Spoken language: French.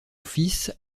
fils